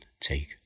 take